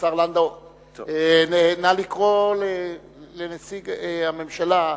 נא לקרוא לנציג הממשלה,